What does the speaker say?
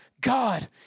God